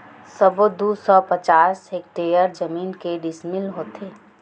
सबो दू सौ पचास हेक्टेयर जमीन के डिसमिल होथे?